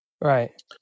Right